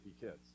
kids